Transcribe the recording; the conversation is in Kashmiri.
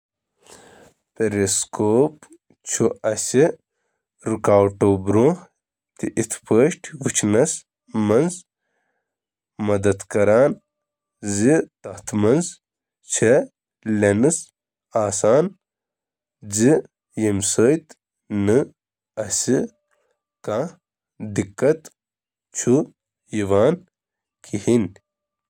پیریسکوپٕچ تعریف چھِ أکِس آلہٕ پٲٹھۍ کرنہٕ یِوان یُس کُنہِ رُکاوٹ یا چیزَس انٛدۍ پٔکۍ یا اَمہِ ذٔریعہٕ مشاہدٕ کرنہٕ خٲطرٕ استعمال چھُ یِوان کرنہٕ یُس براہ راست نظرِ سۭتۍ رُکاونہٕ چھُ یِوان۔